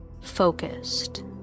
focused